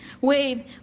wave